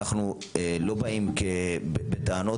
אנחנו לא באים בטענות,